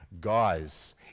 Guys